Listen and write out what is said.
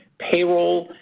payroll,